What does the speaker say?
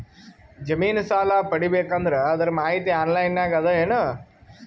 ಜಮಿನ ಸಾಲಾ ಪಡಿಬೇಕು ಅಂದ್ರ ಅದರ ಮಾಹಿತಿ ಆನ್ಲೈನ್ ನಾಗ ಅದ ಏನು?